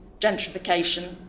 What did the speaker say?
gentrification